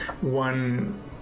one